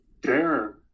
dare